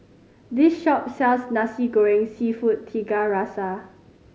this shop sells Nasi Goreng Seafood Tiga Rasa